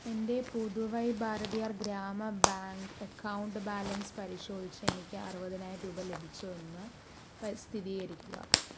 എൻ്റെ Puduvai Bharathiar Grama bank account balance പരിശോധിച്ച് എനിക്ക് അറുപതിനായിരം രൂപ ലഭിച്ചോ എന്ന് സ്ഥിരീകരിക്കുക